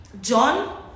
John